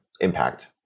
impact